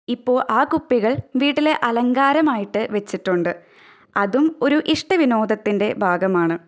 ഇപ്പോൾ ആ കുപ്പികൾ വീട്ടിലെ അലങ്കാരമായിട്ട് വെച്ചിട്ടുണ്ട് അതും ഒരു ഇഷ്ടവിനോദത്തിൻ്റെ ഭാഗമാണ്